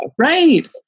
right